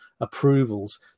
approvals